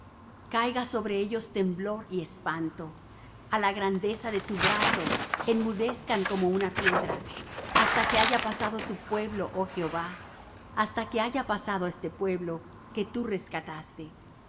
caiga sobre ellos temblor y espanto a la grandeza de tu brazo enmudezcan como una piedra hasta que haya pasado tu pueblo oh jehová hasta que haya pasado este pueblo que tú rescataste